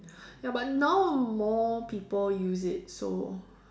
ya but now more people use it so